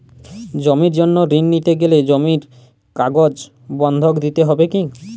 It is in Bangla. জমির জন্য ঋন নিতে গেলে জমির কাগজ বন্ধক দিতে হবে কি?